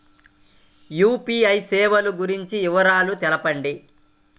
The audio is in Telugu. యూ.పీ.ఐ సేవలు గురించి వివరాలు తెలుపండి?